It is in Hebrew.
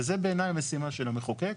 וזה בעיניי המשימה של המחוקק,